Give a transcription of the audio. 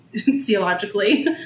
theologically